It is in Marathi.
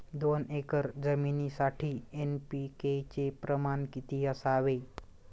दोन एकर जमीनीसाठी एन.पी.के चे प्रमाण किती असावे?